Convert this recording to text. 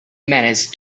manage